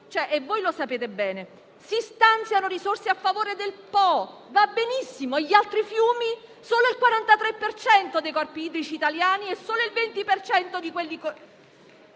voi lo sapete bene. Si stanziano risorse a favore del Po: va benissimo. E gli altri fiumi? Solo il 43 per cento dei corpi idrici italiani e solo il 20 per cento